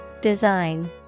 Design